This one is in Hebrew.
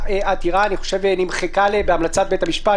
שהעתירה אני חושב נמחקה בהמלצת בית המשפט